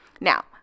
now